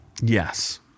Yes